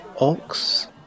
ox